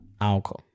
Alco